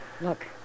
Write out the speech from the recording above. look